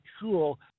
cool